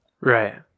Right